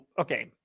okay